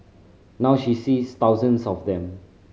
now she sees thousands of them